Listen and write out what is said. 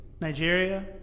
Nigeria